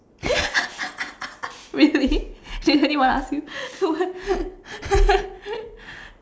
really did anyone ask you what